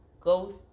go